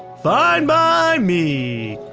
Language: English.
fine by me.